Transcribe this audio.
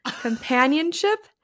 Companionship